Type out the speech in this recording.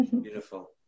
beautiful